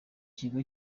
kigo